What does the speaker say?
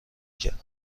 کرد